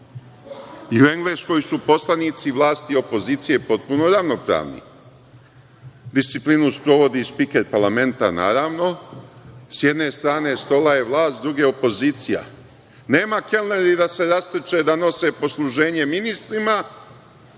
U Engleskoj su poslanici vlasti i opozicije potpuno ravnopravni. Disciplinu sprovodi spiker parlamenta, naravno. S jedne strane stola je vlast, s druge opozicija. Nema kelneri da se rastrče da nose posluženje ministrima